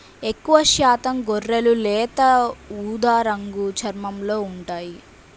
ఎక్కువశాతం గొర్రెలు లేత ఊదా రంగు చర్మంతో ఉంటాయి